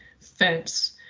fence